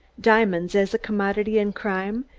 diamonds, as a commodity in crime,